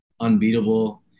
unbeatable